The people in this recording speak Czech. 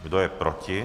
Kdo je proti?